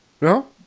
No